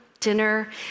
dinner